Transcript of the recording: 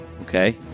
Okay